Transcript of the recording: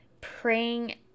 Praying